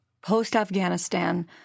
post-Afghanistan